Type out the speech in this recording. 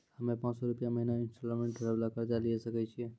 हम्मय पांच सौ रुपिया महीना इंस्टॉलमेंट भरे वाला कर्जा लिये सकय छियै?